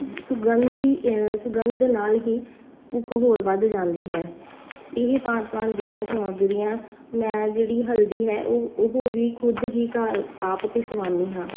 ਸੁਗੰਧੀ ਸੁਗੰਧ ਦੇ ਨਾਲ ਹੀ ਭੁੱਖ ਹੋਰ ਵੱਧ ਜਾਂਦੀ ਹੈ ਇਹ ਭਾਂਤ ਭਾਂਤ ਦੀਆਂ ਸਮੱਗਰੀਆਂ ਮੈਂ ਜਿਹੜੀ ਹਲਦੀ ਹੈ ਉਹ ਉਹ ਵੀ ਖੁਦ ਹੀ ਘਰ ਆਪ ਪਿਸਵਾਨੀ ਹਾਂ